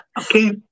Okay